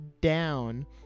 down